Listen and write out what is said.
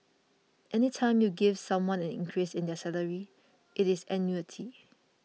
any time you give someone an increase in their salary it is annuity